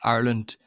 Ireland